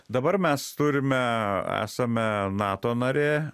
dabar mes turime esame nato narė